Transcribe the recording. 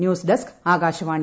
news desk Akashvani